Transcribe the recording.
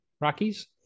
Rockies